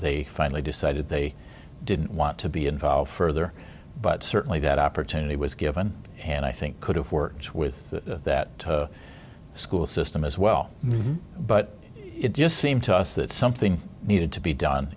they finally decided they didn't want to be involved further but certainly that opportunity was given and i think could have worked with that school system as well but it just seemed to us that something needed to be done